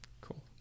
Cool